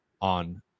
on